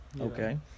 Okay